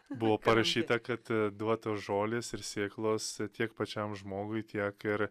buvo parašyta kad duotos žolės ir sėklos tiek pačiam žmogui tiek ir